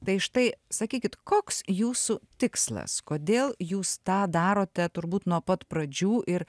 tai štai sakykit koks jūsų tikslas kodėl jūs tą darote turbūt nuo pat pradžių ir